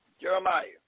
Jeremiah